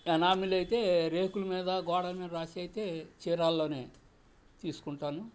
enamel అయితే రేకుల మీద గోడ మీద రాసి అయితే చీరాల్లోనే తీసుకుంటాను